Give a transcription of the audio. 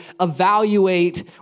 evaluate